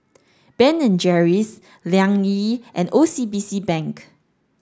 Ben and Jerry's Liang Yi and O C B C Bank